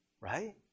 right